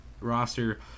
roster